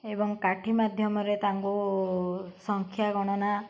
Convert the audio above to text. ଏବଂ କାଠି ମାଧ୍ୟମରେ ତାଙ୍କୁ ସଂଖ୍ୟା ଗଣନା